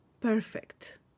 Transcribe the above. perfect